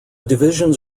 divisions